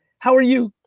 how are you?